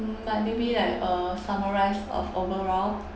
mm but maybe like uh summarize of overall